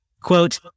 Quote